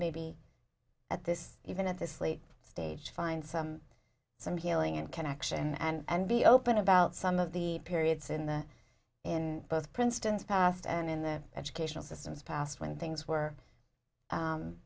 maybe at this even at this late stage find some healing and connection and be open about some of the periods in the in both princeton's past and in the educational systems past when things were